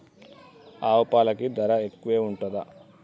ఆవు పాలకి ధర ఎక్కువే ఉంటదా?